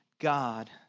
God